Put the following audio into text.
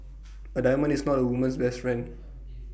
A diamond is not A woman's best friend